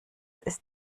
ist